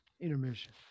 Intermission